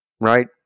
right